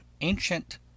ancient